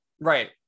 right